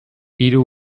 hiru